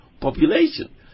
population